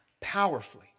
powerfully